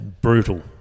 brutal